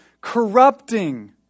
corrupting